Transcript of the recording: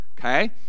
Okay